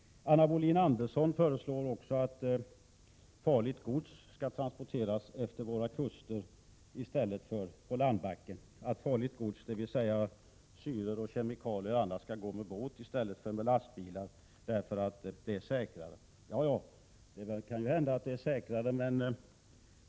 Anna Wohlin-Andersson föreslår att farligt gods skall transporteras efter våra kuster i stället för på landsvägen. Hon menar syror och kemikalier som bör gå med båt i stället för med lastbil, eftersom det är säkrare.